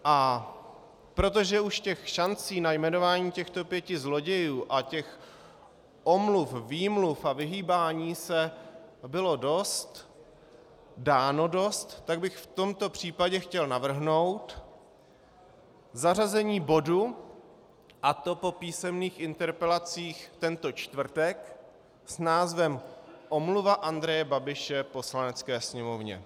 A protože už šancí na jmenování těchto pěti zlodějů a těch omluv, výmluv a vyhýbání se bylo dáno dost, tak bych v tomto případě chtěl navrhnout zařazení bodu, a to po písemných interpelacích tento čtvrtek, s názvem Omluva Andreje Babiše Poslanecké sněmovně.